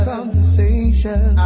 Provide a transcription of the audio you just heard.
Conversation